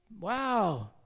wow